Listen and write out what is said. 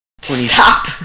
Stop